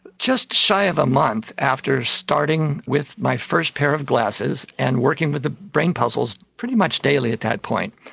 just shy of a month after starting with my first pair of glasses and working with the brain puzzles pretty much daily at that point,